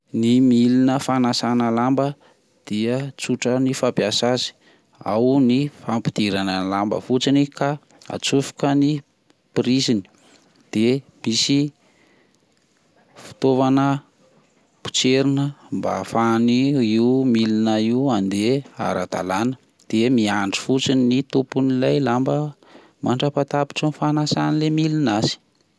Ny milina fanasana lamba dia tsotra ny fampiasa azy, ao ny fampidirana lamba fotsiny ka antsofoka ny priziny, de misy fitaovana potserina mba ahafahany io milina io handeha ara-dalana de miandry fotsiny ny tompony le lamba mandrapaha tapitra ny fanasany le milina azy.